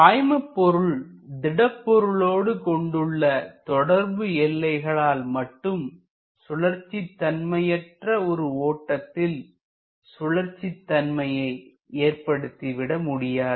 பாய்மபொருள் திடப்பொருளோடு கொண்டுள்ள தொடர்பு எல்லைகளால் மட்டும் சுழற்சி தன்மையற்ற ஒரு ஓட்டத்தில் சுழற்சி தன்மையை ஏற்படுத்தி விட முடியாது